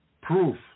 proof